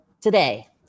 today